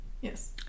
Yes